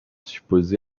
supposé